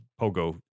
pogo